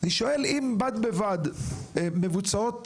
האם מבוצעים